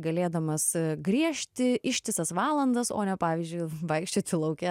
galėdamas griežti ištisas valandas o ne pavyzdžiui vaikščioti lauke